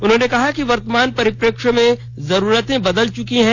उन्होंने कहा कि वर्तमान परिप्रेक्ष्य में जरूरते बदल चुकी हैं